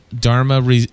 Dharma